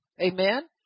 amen